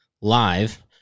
live